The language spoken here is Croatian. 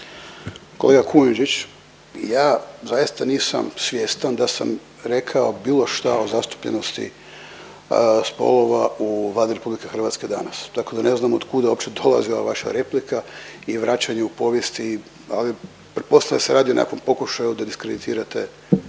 Kolega Kujundžić, ja zaista nisam svjestan da sam rekao bilo šta o zastupljenosti spolova u Vladi RH danas. Tako da ne znam od kuda uopće dolazi ova vaša replika i vraćanje u povijesti ali pretpostavljam da se radi o nekakvom pokušaju da diskreditirate SDP na